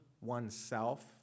oneself